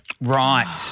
Right